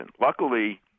Luckily